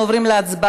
אנחנו עוברים להצבעה,